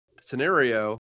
scenario